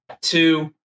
two